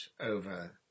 over